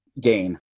Gain